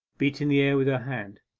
beating the air with her hand.